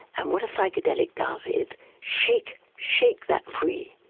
and what a psychedelic does is shake shake that free,